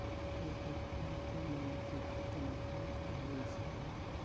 एक एकड़ मे तुमन के केतना फायदा होइस अहे